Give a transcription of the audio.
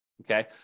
okay